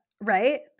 right